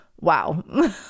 Wow